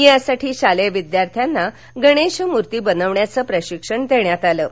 यासाठी शालेय विद्यार्थ्यांना गणेश मुर्ती बनविण्याचे प्रशिक्षण देण्यात आले होते